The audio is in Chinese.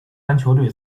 篮球队